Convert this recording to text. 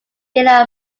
delia